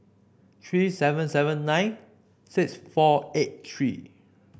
three seven seven nine six four eight three